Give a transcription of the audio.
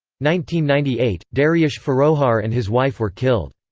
ninety ninety eight dariush forouhar and his wife were killed.